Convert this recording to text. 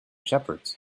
shepherds